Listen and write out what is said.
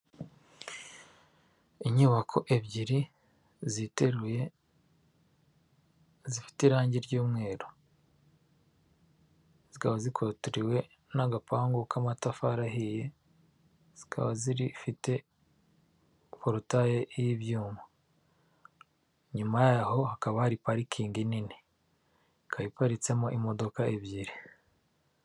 Inyubako ebyiri ziteruye zifite irangi ry'umweru, zikaba zikotewe n'agapangu k'amatafari ahiye, zikaba zifite porutaye y'ibyuma nyuma yaho hakaba hari parikingi nini kayiparitsemo imodoka ebyiri.